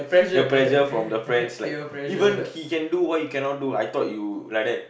the pressure from the friends like even he can do why you cannot do I thought you like that